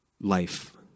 life